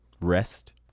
rest